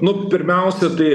nu pirmiausia tai